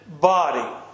body